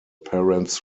parents